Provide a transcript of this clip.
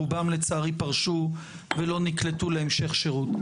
רובם לצערי פרשו ולא נקלטו להמשך שירות.